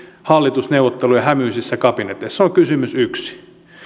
hallitusneuvottelujen hämyisissä kabineteissa se on kysymys yksi